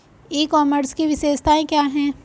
ई commerce की विशेषताएं क्या हैं?